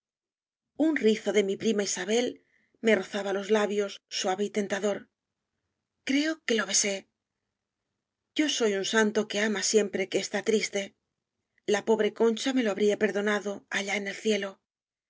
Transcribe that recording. un rizo de mi prima isabel me rozaba los labios suave y tentador creo que lo besé yo soy un santo que ama siempre que está triste la pobre concha me lo habrá perdo nado allá en el cielo